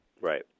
right